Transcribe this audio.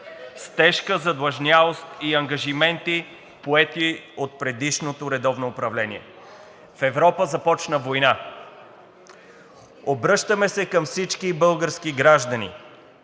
с тежка задлъжнялост и ангажименти, поети от предишното редовно управление. (Реплики от ГЕРБ-СДС.) В Европа започна война. Обръщаме се към всички български граждани,